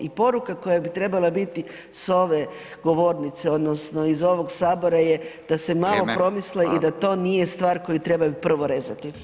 I poruka koja bi trebala biti s ove govornice odnosno iz ovog Sabora da se malo promisle i da to nije stvar koju trebaju prvo rezati.